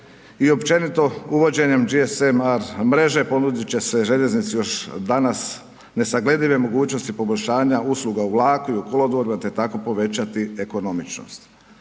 i općenito uvođenjem GSM-R mreže ponudit će se željeznici još danas nesagledive mogućnosti poboljšanja usluga u vlaku i u kolodvorima, te tako povećati ekonomičnost.